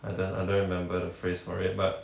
I don't I don't remember the phrase for it but